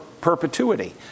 perpetuity